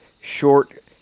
Short